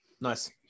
nice